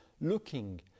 looking